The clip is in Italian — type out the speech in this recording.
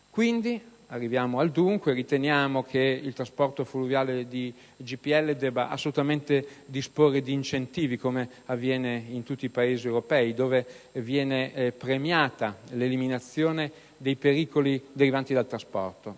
di pericolosità. Pertanto, riteniamo che il trasporto fluviale di GPL debba assolutamente disporre di incentivi, come avviene in tutti i Paesi europei, dove viene premiata l'eliminazione dei pericoli derivanti dal trasporto.